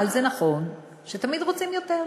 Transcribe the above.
אבל זה נכון שתמיד רוצים יותר,